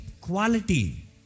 quality